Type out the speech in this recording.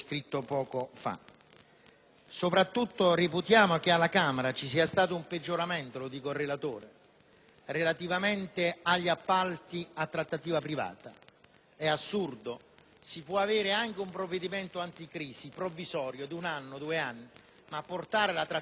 poco fa. Reputiamo che alla Camera ci sia stato un peggioramento - lo dico al relatore - relativamente agli appalti a trattativa privata. È assurdo: si può avere anche un provvedimento anticrisi, provvisorio, di un anno o due, ma portare la trattativa privata di norma,